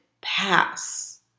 pass